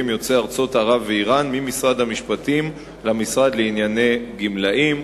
יוצאי ארצות ערב ואירן ממשרד המשפטים למשרד לענייני גמלאים.